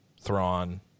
Thrawn